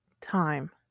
time